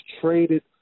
traded